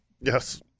Yes